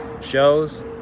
shows